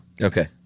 Okay